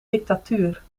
dictatuur